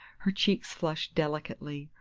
her cheeks flushed delicately,